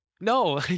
No